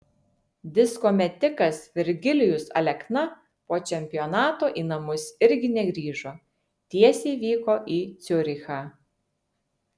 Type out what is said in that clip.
disko metikas virgilijus alekna po čempionato į namus irgi negrįžo tiesiai vyko į ciurichą